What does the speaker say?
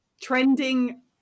trending